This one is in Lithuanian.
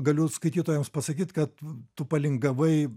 galiu skaitytojams pasakyt kad tu palingavai